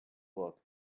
look